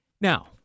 Now